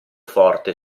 forte